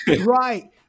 right